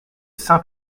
saint